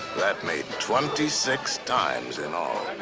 that made twenty six times in all.